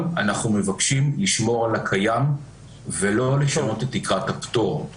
אנחנו מבקשים לשמור על הקיים ולא לשנות את תקרת הפטור;